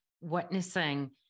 witnessing